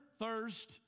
thirst